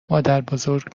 مادربزرگ